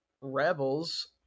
Rebels